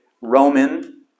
Roman